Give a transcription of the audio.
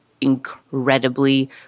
incredibly